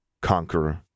Conqueror